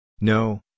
No